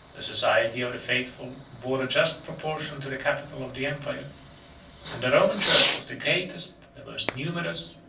the society of the faithful bore a just proportion to the capital of the empire and the roman church was the greatest, the most numerous,